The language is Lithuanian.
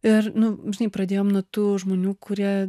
ir nu žinai pradėjom nuo tų žmonių kurie